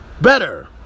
better